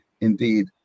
indeed